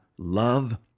Love